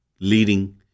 leading